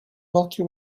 milky